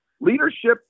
Leadership